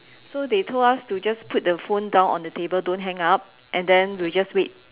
so they told us to just put the phone down on the table don't hang up and then we just wait